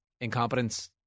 incompetence